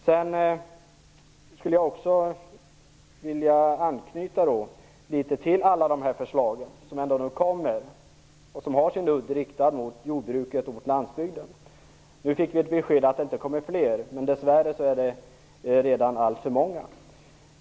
Jag skulle också vilja anknyta litet till alla de förslag som kommer och som har sin udd riktad mot jordbruket och mot landsbygden. Vi fick ett besked om att det inte kommer fler pålagor, men det är dess värre redan alltför många.